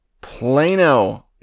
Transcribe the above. Plano